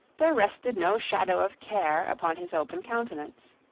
there rested no shadow of care upon his open countenance.